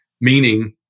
meaning